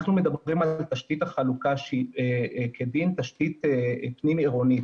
אנחנו מדברים על תשתית החלוקה שהיא כדין תשתית פנים עירונית,